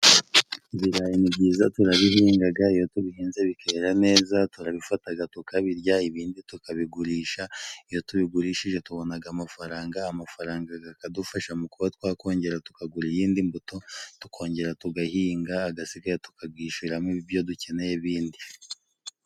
Ibirayi ni byiza turabihingaga, iyo tubihinze bikera neza turabifataga tukabirya ibindi tukabigurisha. Iyo tubigurishije tubonaga amafaranga, amafaranga gakadufasha mu kuba twakongera tukagura iyindi mbuto, tukongera tugahinga, agasigaye tukabyishuramo ibyo dukeneye bindi.